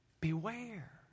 Beware